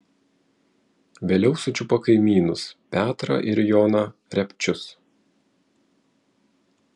vėliau sučiupo kaimynus petrą ir joną repčius